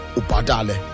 upadale